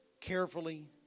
carefully